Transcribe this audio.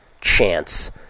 chance